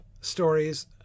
stories